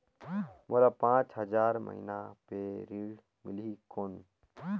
मोला पांच हजार महीना पे ऋण मिलही कौन?